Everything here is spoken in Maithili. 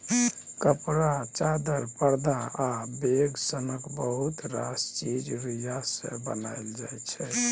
कपड़ा, चादर, परदा आ बैग सनक बहुत रास चीज रुइया सँ बनाएल जाइ छै